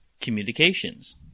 communications